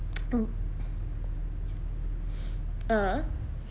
(uh huh)